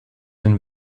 den